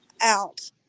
out